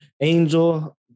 angel